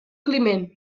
climent